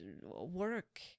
work